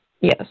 Yes